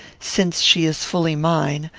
since she is fully mine,